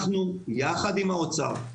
אנחנו, יחד עם האוצר,